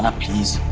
ah please.